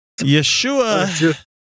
Yeshua